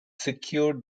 secured